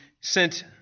sent